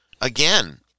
again